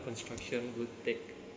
construction will take